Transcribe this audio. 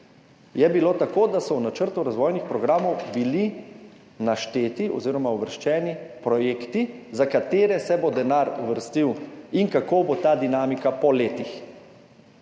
je bilo tako, da so v načrtu razvojnih programov bili našteti oziroma uvrščeni projekti, za katere se bo denar uvrstil, in kako bo ta dinamika po letih.